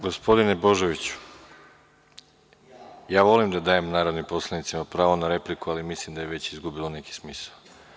Gospodine Božoviću, ja volim da dajem narodnim poslanicima pravo na repliku, ali mislim da je ovo već izgubilo svaki smisao.